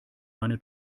meine